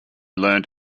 learned